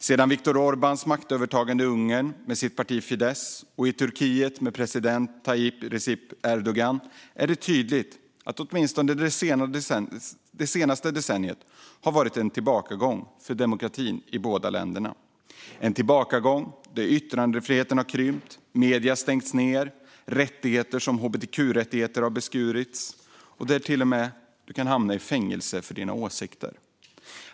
Sedan Viktor Orbáns och hans parti Fideszs maktövertagande i Ungern och med Turkiet och president Recep Tayyip Erdogan är det tydligt att det åtminstone det senaste decenniet har varit en tillbakagång för demokratin i de båda länderna. Yttrandefriheten har krympt, medier har stängts ned och rättigheter som hbtq-rättigheter har beskurits. Du kan till och med hamna i fängelse för dina åsikter.